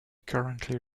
currently